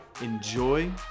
enjoy